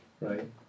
right